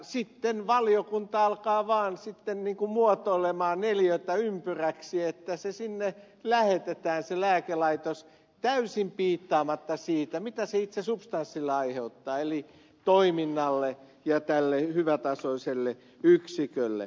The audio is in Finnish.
sitten valiokunta alkaa vaan muotoilla neliötä ympyräksi että lääkelaitos sinne lähetetään täysin piittaamatta siitä mitä se itse substanssille aiheuttaa eli toiminnalle ja tälle hyvätasoiselle yksikölle